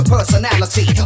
Personality